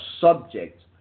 subject